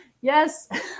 Yes